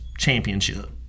Championship